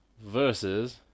versus